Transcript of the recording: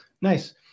Nice